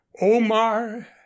Omar